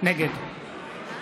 נגד